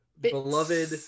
beloved